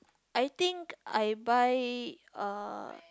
I think I buy uh